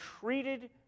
treated